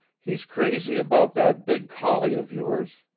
he's crazy about that big collie of yours.